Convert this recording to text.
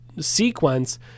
sequence